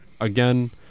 again